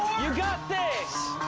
you got this.